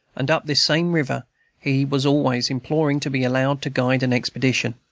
and up this same river he was always imploring to be allowed to guide an expedition.